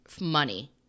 money